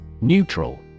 Neutral